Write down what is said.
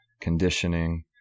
conditioning